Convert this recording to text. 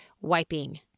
wiping